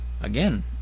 Again